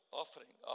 offering